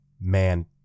man